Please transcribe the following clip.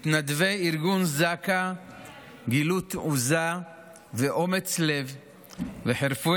מתנדבי ארגון זק"א גילו תעוזה ואומץ לב וחירפו